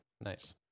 Nice